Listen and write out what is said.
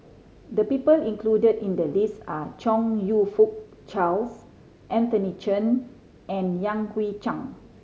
the people included in the list are Chong You Fook Charles Anthony Chen and Yan Hui Chang